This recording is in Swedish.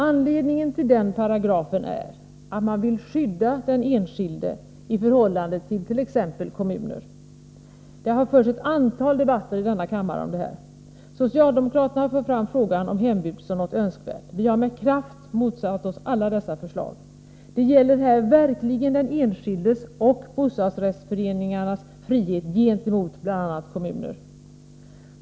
Anledningen till den paragrafen är att man vill skydda den enskilde i förhållande till t.ex. kommuner. Det har förts ett antal debatter i denna kammare om detta. Socialdemokraterna har fört fram frågan om hembud som något önskvärt. Vi har med kraft motsatt oss alla dessa förslag. Det gäller här verkligen den enskildes och bostadsrättsföreningarnas frihet gentemot bl.a. kommuner.